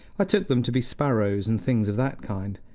i took them to be sparrows and things of that kind,